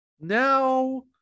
Now